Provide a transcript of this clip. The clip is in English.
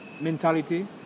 mentality